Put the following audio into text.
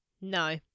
No